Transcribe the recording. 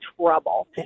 trouble